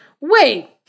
wait